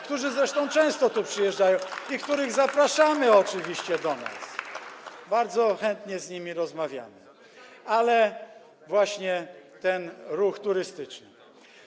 którzy zresztą często tu przyjeżdżają i których zapraszamy oczywiście do nas, bardzo chętnie z nimi rozmawiamy, ale właśnie ten ruch turystyczny.